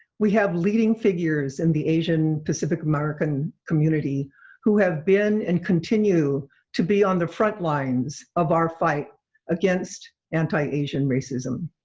we have leading figures in the asian pacific american community who have been and continue to be on the front lines of our fight against anti-asian racism.